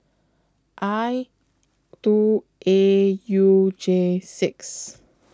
I two A U J six